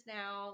now